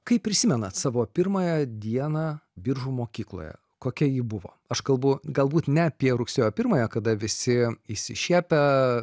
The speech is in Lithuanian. kaip prisimenat savo pirmąją dieną biržų mokykloje kokia ji buvo aš kalbu galbūt ne apie rugsėjo pirmąją kada visi išsišiepia